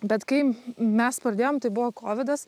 bet kai mes pradėjom tai buvo kovidas